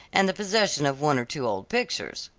and the possession of one or two old pictures.